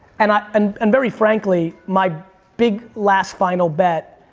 and um and and very frankly, my big last final bet,